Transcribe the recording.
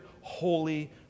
holy